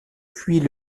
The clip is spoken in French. fuit